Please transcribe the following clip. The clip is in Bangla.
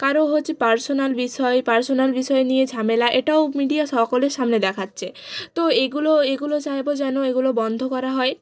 কারো হচ্ছে পার্সোনাল বিষয় পার্সোনাল বিষয় নিয়ে ঝামেলা এটাও মিডিয়া সকলের সামনে দেখাচ্ছে তো এগুলো এগুলো চাইবো যেন এগুলো বন্ধ করা হয়